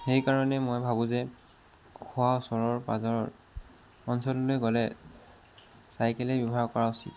সেইকাৰণে মই ভাবোঁ যে ওচৰৰ পাঁজৰ অঞ্চললৈ গ'লে চাইকেলেই ব্যৱহাৰ কৰা উচিত